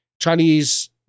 Chinese